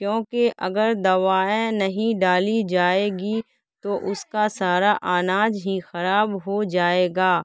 کیونکہ اگر دوائیں نہیں ڈالی جائے گی تو اس کا سارا آناج ہی خراب ہو جائے گا